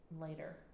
Later